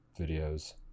videos